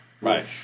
Right